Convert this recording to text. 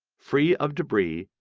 free of debris,